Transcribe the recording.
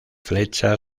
flecha